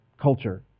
culture